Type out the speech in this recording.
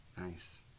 Nice